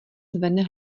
zvedne